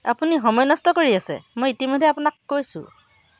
আপুনি সময় নষ্ট কৰি আছে মই ইতিমধ্যে আপোনাক কৈছোঁ